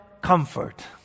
comfort